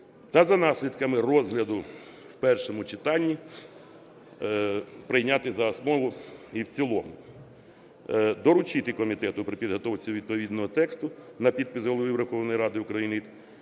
та за наслідками розгляду в першому читанні прийняти за основу і в цілому. Доручити комітету при підготовці відповідного тексту на підпис Голові Верховної Ради України